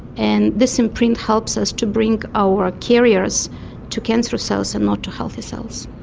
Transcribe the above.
and this imprint helps us to bring our carriers to cancer cells and not to healthy cells.